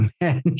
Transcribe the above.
man